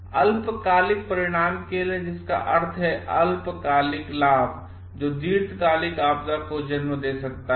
इसअल्पकालिकपरिणाम के लिए जिसका अर्थ है अल्पकालिक लाभ जो दीर्घकालिक आपदा को जन्म दे सकता है